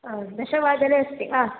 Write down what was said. हा दशवादने अस्ति वा